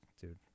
Dude